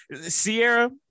Sierra